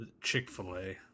Chick-fil-A